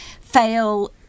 fail